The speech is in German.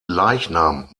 leichnam